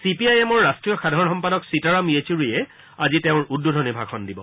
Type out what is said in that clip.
C P I এমৰ ৰট্টীয় সাধাৰণ সম্পাদক সীতাৰাম য়েচুৰীয়ে আজি তেওঁৰ উদ্বোধনী ভাষণ দিব